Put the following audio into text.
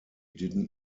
didn’t